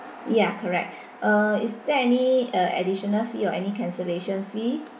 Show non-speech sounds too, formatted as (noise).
ya correct (breath) uh is there any uh additional fee or any cancellation fee